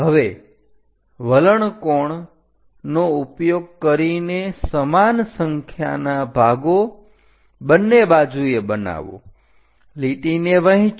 હવે વલણ કોણ નો ઉપયોગ કરીને સમાન સંખ્યાના ભાગો બંને બાજુએ બનાવો લીટીને વહેંચો